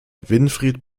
winfried